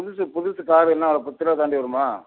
புதுசு புதுசு காரு என்ன வெலை பத்து ரூபா தாண்டி வருமா